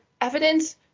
evidence